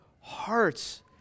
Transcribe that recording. hearts